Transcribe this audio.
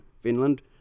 Finland